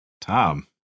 tom